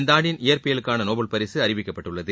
இந்த ஆண்டின் இயற்பியலுக்கான நோபல் பரிசு அறிவிக்கப்பட்டுள்ளது